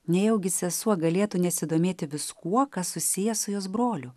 nejaugi sesuo galėtų nesidomėti viskuo kas susiję su jos broliu